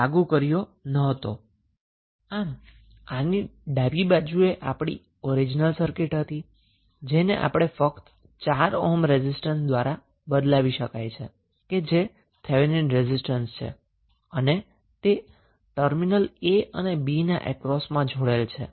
આમ આની ડાબી બાજુએ જે આપણી ઓરીજીનલ સર્કિટ હતી તેને આપણે ફક્ત 4 ઓહ્મ રેઝિસ્ટન્સ દ્વારા બદલાવી શકાય છે જે થેવેનિન રેઝિસ્ટન્સ છે જે ટર્મિનલ a અને b ના અક્રોસમાં જોડેલ છે